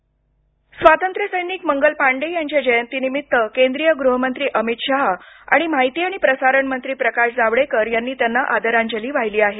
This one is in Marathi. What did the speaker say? मंगल पांडे स्वातंत्र्य सैनिक मंगल पांडे यांच्या जयंतीनिमित्त केंद्रीय गृह मंत्री अमित शहा आणि माहिती आणि प्रसारण मंत्री प्रकाश जावडेकर यांनी त्यांना आदरांजली वाहिली आहे